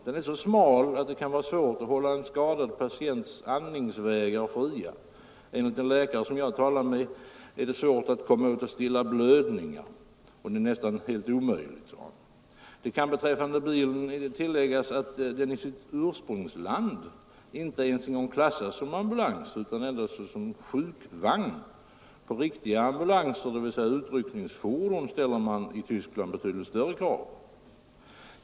Den är så smal att det kan vara svårt att hålla en skadad patients andningsvägar fria. Enligt en läkare som jag talat med är det svårt eller nästan omöjligt att komma åt att stilla blödningar. Det kan tilläggas att den i sitt ursprungsland inte ens klassas som ambulans utan som sjukvagn. På riktiga ambulanser, dvs. utryckningsfordon, ställer man i Tyskland betydligt större krav.